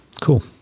Cool